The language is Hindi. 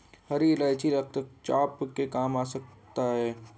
हरी इलायची रक्तचाप को कम कर सकता है